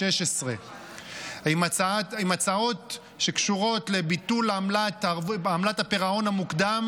עם הצעות שקשורות לביטול עמלת הפירעון המוקדם,